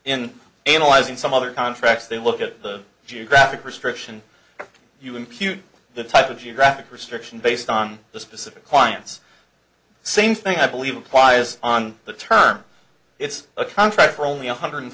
in analyzing some other contracts they look at the geographic restriction you impute the type of geographic restriction based on the specific clients same thing i believe applies on the term it's a contract for only one hundred